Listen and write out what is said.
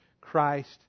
Christ